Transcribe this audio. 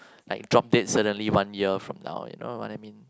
like drop this suddenly one year from now you know what I mean